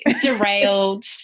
derailed